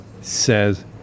says